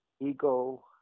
ego